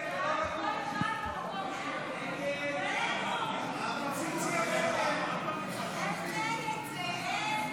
ההצעה להעביר לוועדה את הצעת חוק רכזי ביטחון שוטף צבאיים,